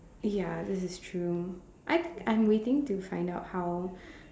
ya this is true I I'm waiting to find out how